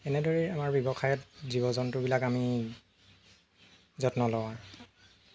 এনেদৰেই আমাৰ ব্যৱসায়ত জীৱ জন্তুবিলাক আমি যত্ন লওঁ